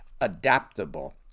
adaptable